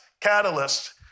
catalyst